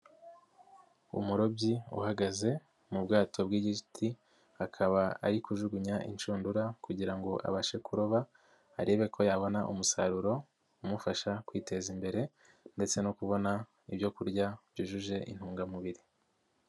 Umurobyi uhagaze mu bwato bw'igiti akaba ari kujugunya inshundura kugira ngo abashe kuroba arebe ko yabona umusaruro umufasha kwiteza imbere ndetse no kubona ibyo kurya byujuje intungamubiri.